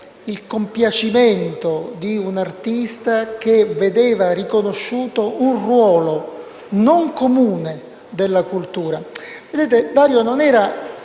il compiacimento di un artista che vedeva riconosciuto un ruolo non comune della cultura. Dario non era